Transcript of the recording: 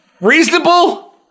reasonable